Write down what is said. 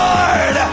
Lord